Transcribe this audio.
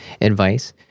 advice